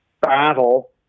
battle